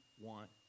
want